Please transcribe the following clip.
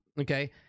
okay